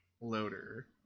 loader